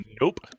nope